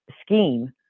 scheme